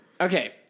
Okay